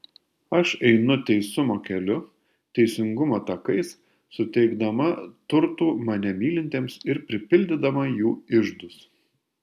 aš einu teisumo keliu teisingumo takais suteikdama turtų mane mylintiems ir pripildydama jų iždus